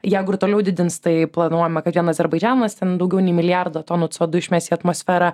jeigu ir toliau didins tai planuojama kad vien azerbaidžanas ten daugiau nei milijardą tonų co du išmes į atmosferą